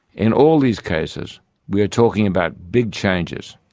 in all these cases we are talking about big changes,